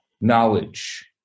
knowledge